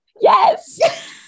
Yes